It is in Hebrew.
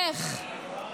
איך?